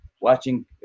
watching